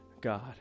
God